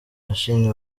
yashimye